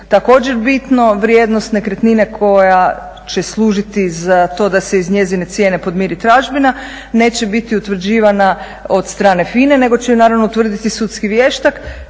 također bitno, vrijednost nekretnine koja će služiti za to da se iz njezine cijene podmiri tražbina neće biti utvrđivana od strane FINA-e nego će je naravno utvrditi sudski vještak